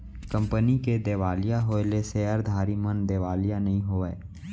company के देवालिया होएले सेयरधारी मन देवालिया नइ होवय